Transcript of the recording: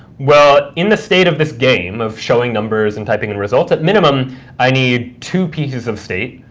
well, in the state of this game of showing numbers and typing in results, at minimum i need two pieces of state,